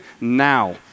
now